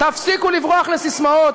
תפסיקו לברוח לססמאות,